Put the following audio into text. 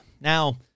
Now